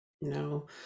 No